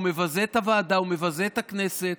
הוא מבזה את הוועדה, הוא מבזה את הכנסת.